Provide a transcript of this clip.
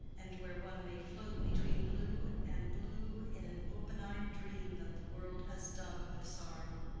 and where one may float between blue and blue in an open-eyed dream that the world has done with sorrow.